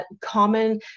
common